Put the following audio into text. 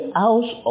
house